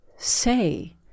say